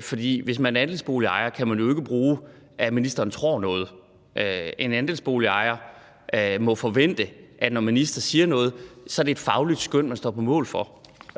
for hvis man er andelsboligejer, kan man jo ikke bruge det, at ministeren tror noget. En andelsboligejer må forvente, at det, når en minister siger noget, er et fagligt skøn, man står på mål for.